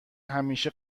همیشه